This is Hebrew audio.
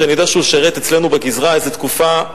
שאני יודע שהוא שירת אצלנו בגזרה איזו תקופה,